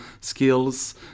skills